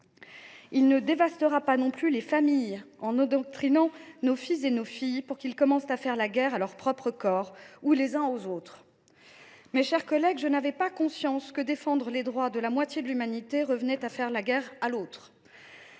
Il ne dévastera pas non plus les familles en endoctrinant nos fils et nos filles pour qu’ils commencent à faire la guerre à leur propre corps, ou les uns aux autres. » Mes chers collègues, je n’avais pas conscience que défendre les droits de la moitié de l’humanité revenait à faire la guerre à l’autre…